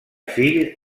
fill